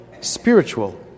spiritual